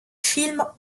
films